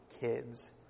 kids